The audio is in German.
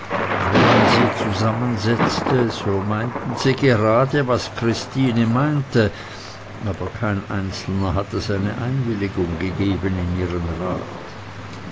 wenn man sie zusammensetzte so meinten sie gerade was christine meinte aber kein einzelner hatte seine einwilligung gegeben in ihren rat